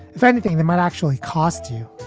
if anything, they might actually cost you.